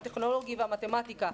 הטכנולוגי והמתמטיקה.